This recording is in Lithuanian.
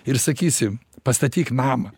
ir sakysim pastatyk namą